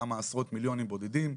כמה עשרות מיליונים בודדים,